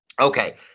Okay